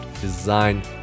design